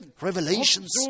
revelations